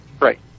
Right